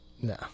No